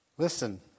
Listen